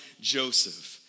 Joseph